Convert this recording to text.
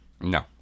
No